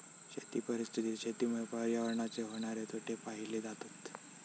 शेती परिस्थितीत शेतीमुळे पर्यावरणाचे होणारे तोटे पाहिले जातत